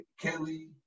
kelly